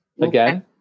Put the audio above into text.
Again